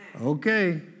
Okay